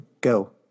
go